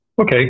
Okay